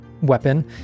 weapon